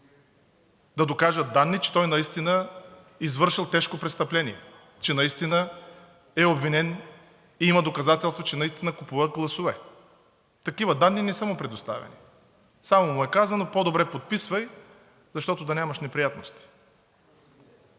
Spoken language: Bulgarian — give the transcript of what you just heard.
Да докажат данни, че той наистина е извършил тежко престъпление, че наистина е обвинен и има доказателства, че наистина купуват гласове? Такива данни не са му предоставени. Само му е казано: по-добре подписвай, защото да нямаш неприятности.